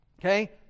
Okay